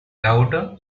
louder